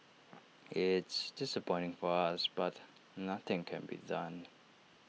it's disappointing for us but nothing can be done